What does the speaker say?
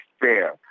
fair